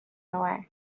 away